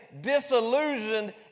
disillusioned